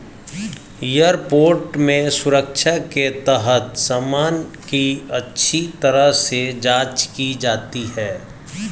airport में सुरक्षा के तहत सामान की अच्छी तरह से जांच की जाती है